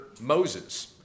Moses